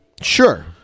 Sure